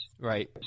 Right